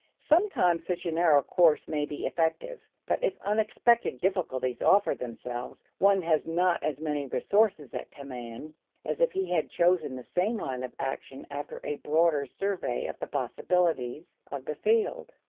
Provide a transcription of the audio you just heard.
sometimes such a narrow course may be effective. but if unexpected difficulties offer themselves, one has not as many resources at command as if he had chosen the same line of action after a broader survey of the possibilities of the field.